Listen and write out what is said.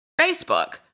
Facebook